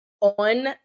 on